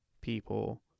people